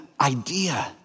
idea